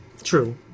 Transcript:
True